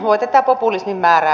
voi tätä populismin määrää